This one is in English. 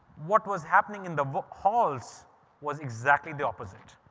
what was happening in the halls was exactly the opposite.